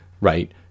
right